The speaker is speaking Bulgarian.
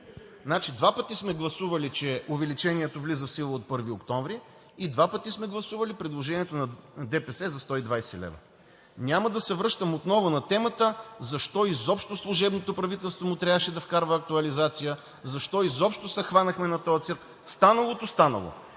два пъти сме гласували, че увеличението влиза от 1 октомври и два пъти сме гласували предложението на ДПС за 120 лв. Няма да се връщам отново на темата защо изобщо на служебното правителство му трябваше да вкарва актуализация, защо изобщо се хванахме на този цирк – станалото, станало.